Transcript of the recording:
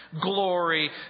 glory